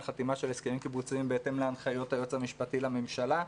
על חתימה של הסכמים קיבוציים בהתאם להנחיות היועץ המשפטי לממשלה,